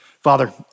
Father